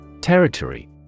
Territory